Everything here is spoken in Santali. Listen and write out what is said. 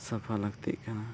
ᱥᱟᱯᱷᱟ ᱞᱟᱹᱠᱛᱤᱜ ᱠᱟᱱᱟ